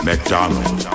McDonald